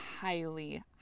highly